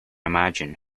imagine